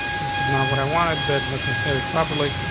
this is not what i wanted. didn't let me say it properly.